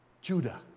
Judah